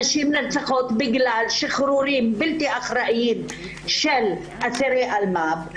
נשים נרצחות בגלל שחרורים בלתי אחראיים של אסירי אלמ"ב,